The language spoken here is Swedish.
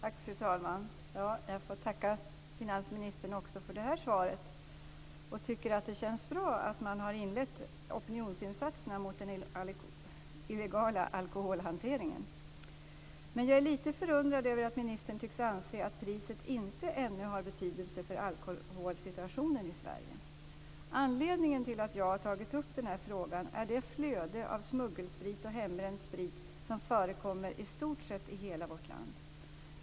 Fru talman! Jag får tacka finansministern också för det här svaret. Jag tycker att det känns bra att man har inlett opinionsinsatser mot den illegala alkoholhanteringen. Jag är dock lite förundrad över att ministern tycks anse att priset inte ännu har betydelse för alkoholsituationen i Sverige. Anledningen till att jag har tagit upp den här frågan är det flöde av smuggelsprit och hembränd sprit som förekommer i stort sett i hela vårt land.